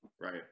right